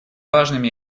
важными